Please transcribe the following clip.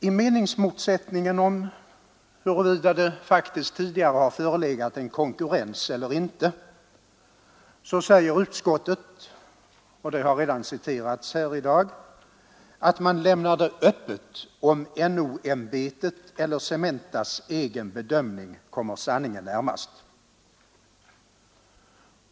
I meningsmotsättningen om huruvida det faktiskt tidigare har förelegat en konkurrens eller inte säger utskottet — det har redan citerats här i dag — att man lämnade öppet om NO-ämbetets promemoria eller Cementas bemötande därav kommer sanningen närmast.